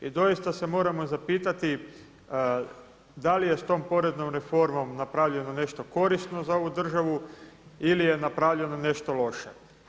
I doista se moramo zapitati da li je s tom poreznom reformom napravljeno nešto korisno za ovu državu ili je napravljeno nešto loše.